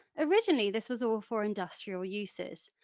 originally this was all for industrial uses,